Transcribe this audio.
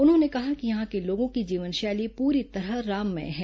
उन्होंने कहा कि यहां के लोगों की जीवनशैली पूरी तरह राममय है